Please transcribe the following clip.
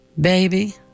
Baby